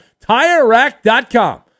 TireRack.com